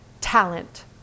talent